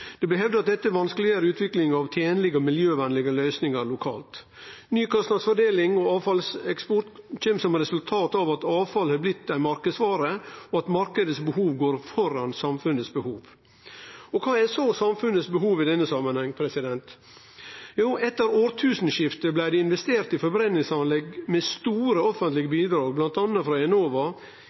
Det blir hevda at dette vanskeleggjer utvikling av tenlege og miljøvenlege løysingar lokalt. Ny kostnadsfordeling og avfallseksport kjem som resultat av at avfall har blitt ei marknadsvare, og at marknadens behov går føre samfunnets behov. Kva er så samfunnets behov i denne samanhengen? Jo, etter årtusenskiftet blei det investert i forbrenningsanlegg med store offentlege bidrag, bl.a. frå Enova,